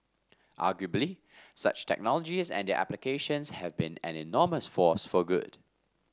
arguably such technologies and their applications have been an enormous force for good